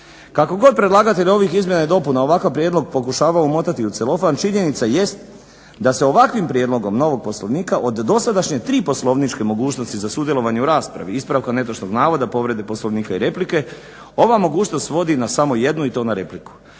Kako god predlagatelj ovih izmjena i dopuna ovakav prijedlog pokušavao umotati u celofan činjenica jest da se ovakvim prijedlogom novog Poslovnika od dosadašnje tri poslovničke mogućnosti za sudjelovanje u raspravi, ispravka netočnog navoda, povrede Poslovnika i replike ova mogućnost svodi na samo jednu i to na repliku